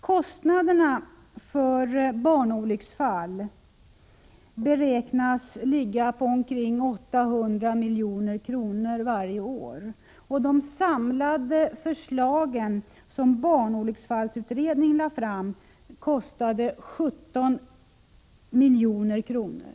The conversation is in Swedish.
Kostnaderna för barnolycksfall beräknas ligga på omkring 800 milj.kr. varje år. De samlade förslagen som barnolycksfallsutredningen lade fram kostade 17 milj.kr.